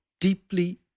deeply